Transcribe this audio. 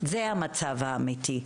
זה המצב האמיתי.